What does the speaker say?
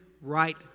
right